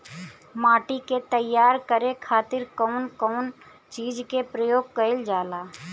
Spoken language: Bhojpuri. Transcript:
माटी के तैयार करे खातिर कउन कउन चीज के प्रयोग कइल जाला?